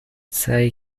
سعی